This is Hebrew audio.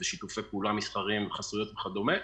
שיתופי פעולה מסחריים, חסויות וכדומה.